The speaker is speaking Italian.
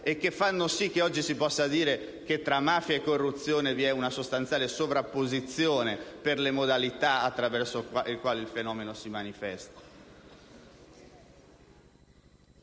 e fanno sì che oggi si possa dire che tra mafia e corruzione vi è una sostanziale sovrapposizione per le modalità attraverso cui il fenomeno si manifesta.